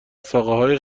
ساقههای